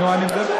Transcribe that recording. נו, אני מדבר.